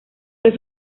los